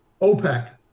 OPEC